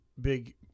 big